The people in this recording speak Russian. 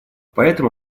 поэтому